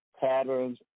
Patterns